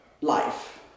life